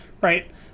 right